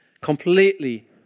completely